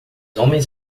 homens